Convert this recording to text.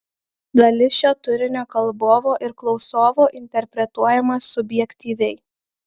dalis šio turinio kalbovo ir klausovo interpretuojama subjektyviai